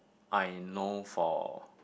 I know for